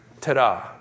Ta-da